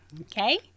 Okay